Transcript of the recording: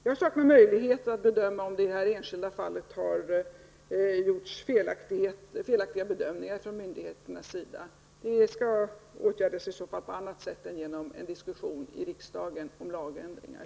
Jag saknar möjlighet att bedöma om det i det här enskilda fallet har gjorts felaktiga bedömningar från myndigheternas sida. Det skall i så fall åtgärdas på annat sätt än genom en diskussion i riksdagen om lagändringar.